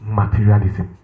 materialism